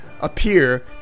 appear